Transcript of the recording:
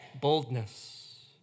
boldness